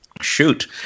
shoot